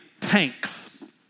tanks